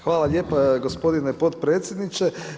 Hvala lijepo gospodine potpredsjedniče.